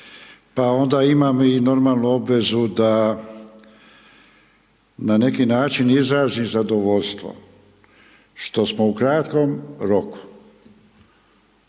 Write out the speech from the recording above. Pa onda imam i moralnu obvezu da na neki način, izrazim zadovoljstvo što smo u kratkom roku,